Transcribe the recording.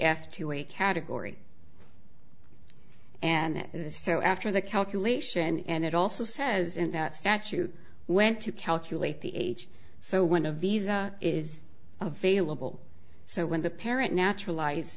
f two a category and it is so after the calculation and it also says in that statute went to calculate the age so when a visa is available so when the parent naturalized